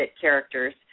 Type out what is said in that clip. characters